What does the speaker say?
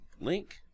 link